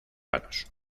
vanos